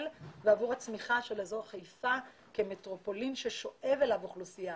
ועבור הצמיחה של אזור חיפה כמטרופולין ששואב אליו אוכלוסייה,